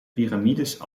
piramides